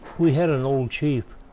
we had an old chief.